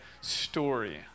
story